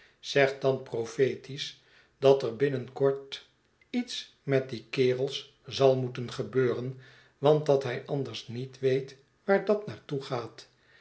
zegt dan profetisch dat er binnen kort iets met die kerels zal moeten gebeuren want dat hij anders niet weet waar dat naar toe gaat